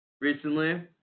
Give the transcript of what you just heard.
Recently